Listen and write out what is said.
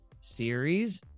series